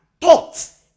thoughts